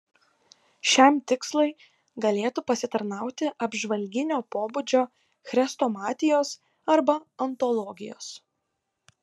šiam tikslui galėtų pasitarnauti apžvalginio pobūdžio chrestomatijos arba antologijos